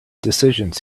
decisions